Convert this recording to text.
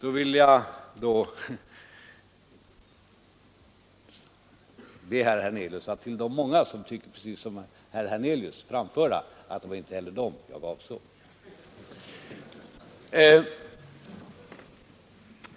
Herr talman! Då vill jag be herr Hernelius att till de många som tycker precis som herr Hernelius framföra att det inte heller var dem jag avsåg.